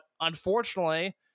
unfortunately